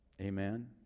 Amen